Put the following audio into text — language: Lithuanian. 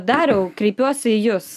dariau kreipiuosi į jus